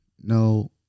no